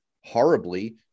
horribly